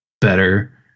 better